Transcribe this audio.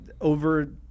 over